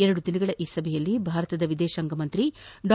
ಎರಡು ದಿನಗಳ ಈ ಸಭೆಯಲ್ಲಿ ಭಾರತದ ವಿದೇಶಾಂಗ ಸಚಿವ ಡಾ